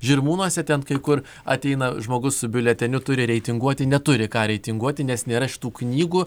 žirmūnuose ten kai kur ateina žmogus su biuleteniu turi reitinguoti neturi ką reitinguoti nes nėra šitų knygų